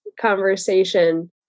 conversation